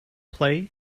play